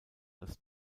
als